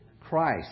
Christ